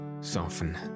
soften